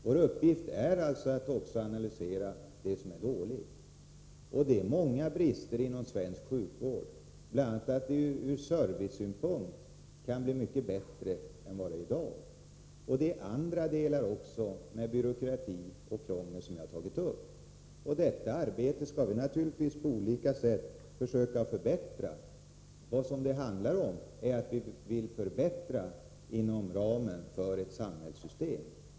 Vår uppgift är alltså att analysera även det som är dåligt, och det finns många brister inom svensk sjukvård. Bl. a. kan den ur servicesynpunkt bli mycket bättre än i dag, och jag har även tagit upp andra delar som sammanhänger med byråkrati och krångel. Genom detta arbete skall vi naturligtvis på olika sätt försöka uppnå förbättringar. Vad det handlar om är att vi vill åstadkomma förbättringar inom ramen för ett samhällssystem.